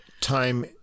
time